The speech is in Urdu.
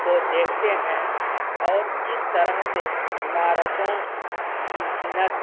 کو دیکھتے ہیں اور اس طرح سے عمارتوں کی زینت